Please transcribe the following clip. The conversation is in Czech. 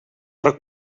rok